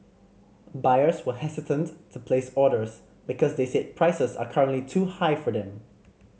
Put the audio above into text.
buyers were hesitant to place orders because they said prices are currently too high for them